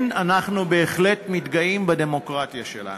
כן, אנחנו בהחלט מתגאים בדמוקרטיה שלנו.